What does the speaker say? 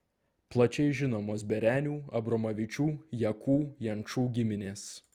plačiai žinomos berenių abromavičių jakų jančų giminės